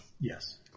Yes